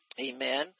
Amen